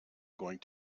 going